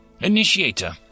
Initiator